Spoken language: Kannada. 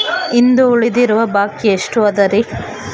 ಇಂದು ಉಳಿದಿರುವ ಬಾಕಿ ಎಷ್ಟು ಅದರಿ?